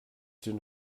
den